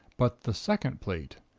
but the second plate,